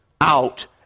out